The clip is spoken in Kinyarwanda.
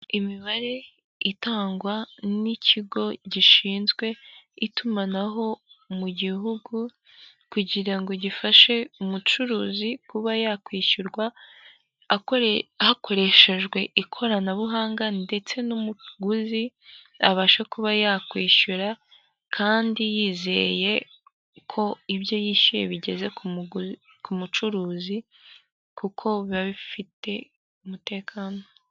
Imibare itangwa n'ikigo gishinzwe itumanaho mu gihugu, kugira ngo gifashe umucuruzi kuba yakwishyurwa hakoreshejwe ikoranabuhanga ndetse n'umuguzi abashe kuba yakwishyura kandi yizeye ko ibyo yishyuye bigeze ku mucuruzi, kuko biba bifite umutekano.